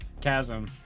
chasm